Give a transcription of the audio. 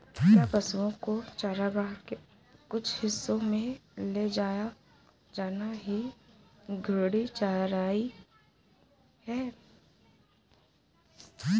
क्या पशुओं को चारागाह के कुछ हिस्सों में ले जाया जाना ही घूर्णी चराई है?